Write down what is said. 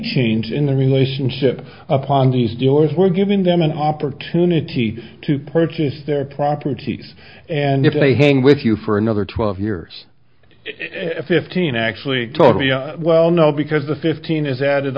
change in the relationship upon these doors were giving them an opportunity to purchase their properties and if they hang with you for another twelve years fifteen actually talk well no because the fifteen is added